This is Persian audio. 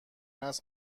است